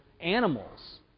animals